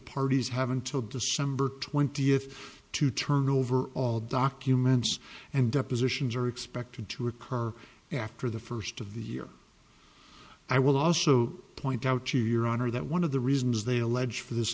parties have until december twentieth to turn over all documents and depositions are expected to occur after the first of the year i will also point out to your honor that one of the reasons they allege for this